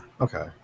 Okay